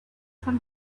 from